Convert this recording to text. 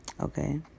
Okay